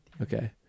Okay